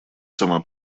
сама